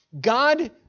God